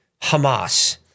Hamas